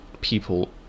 people